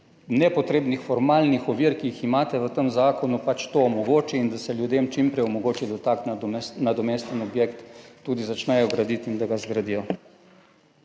nepotrebnih formalnih ovir, ki jih imate v tem zakonu, pač to omogoči in da se ljudem čim prej omogoči, da tak nadomestni objekt tudi začnejo graditi in da ga zgradijo.